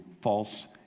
false